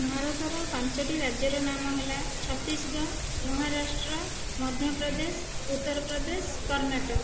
ଭାରତର ପାଞ୍ଚଟି ରାଜ୍ୟର ନାମ ହେଲା ଛତିଶଗଡ଼ ମହାରାଷ୍ଟ୍ର ମଧ୍ୟପ୍ରଦେଶ ଉତ୍ତରପ୍ରଦେଶ କର୍ଣ୍ଣାଟକ